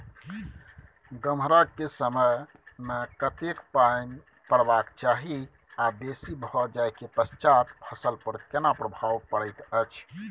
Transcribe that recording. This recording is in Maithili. गम्हरा के समय मे कतेक पायन परबाक चाही आ बेसी भ जाय के पश्चात फसल पर केना प्रभाव परैत अछि?